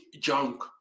junk